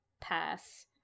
pass